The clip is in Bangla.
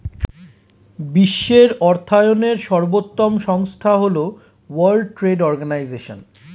বিশ্বের অর্থায়নের সর্বোত্তম সংস্থা হল ওয়ার্ল্ড ট্রেড অর্গানাইজশন